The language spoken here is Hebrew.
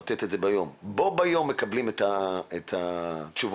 לא רק שמקבלים את התשובות,